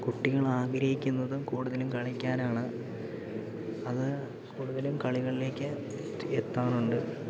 കുട്ടികളാഗ്രഹിക്കുന്നതും കൂടുതലും കളിക്കാനാണ് അത് കൂടുതലും കളികളിലേക്ക് എത്താറുണ്ട്